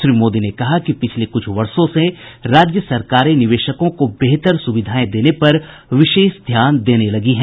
श्री मोदी ने कहा कि पिछले कुछ वर्षो से राज्य सरकारें निवेशकों को बेहतर सुविधाएं देने पर विशेष ध्यान देने लगी हैं